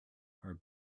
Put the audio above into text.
our